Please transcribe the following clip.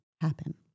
happen